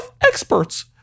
experts